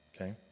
okay